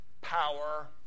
power